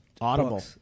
audible